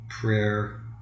prayer